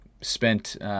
spent